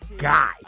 guy